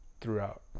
throughout